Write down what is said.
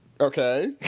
Okay